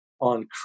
on